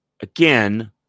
again